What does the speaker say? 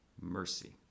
mercy